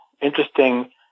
interesting